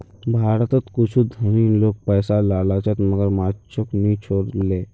भारतत कुछू धनी लोग पैसार लालचत मगरमच्छको नि छोड ले